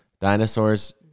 Dinosaurs